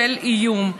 של איום.